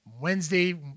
Wednesday